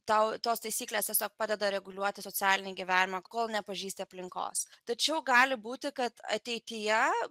tau tos taisyklės tiesiog padeda reguliuoti socialinį gyvenimą kol nepažįsti aplinkos tačiau gali būti kad ateityje